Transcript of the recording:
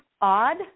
odd